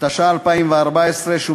והוראת שעה),